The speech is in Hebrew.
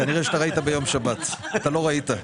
כנראה שאתה ראית ביום שבת, אתה לא ראית.